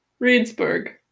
Reedsburg